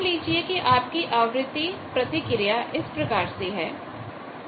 मान लीजिए कि आप की आवृत्ति प्रतिक्रिया इस प्रकार से है